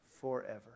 forever